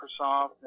Microsoft